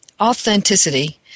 Authenticity